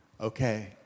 Okay